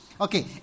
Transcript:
Okay